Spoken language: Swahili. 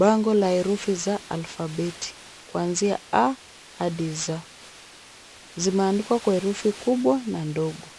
Bango la herufi za alfabeti kuanzia a hadi z. Zimeandikwa kwa herufi kubwa na ndogo.